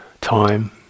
time